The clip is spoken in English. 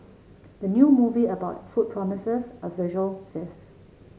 the new movie about food promises a visual feast